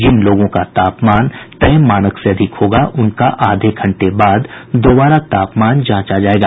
जिन लोगों का तापमान तय मानक से अधिक होगा उनका आधे घंटे बाद दोबारा तापमान जांचा जायेगा